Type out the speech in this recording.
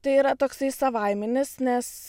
tai yra toksai savaiminis nes